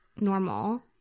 normal